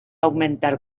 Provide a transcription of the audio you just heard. augmentar